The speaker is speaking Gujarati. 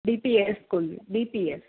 DPS school DPS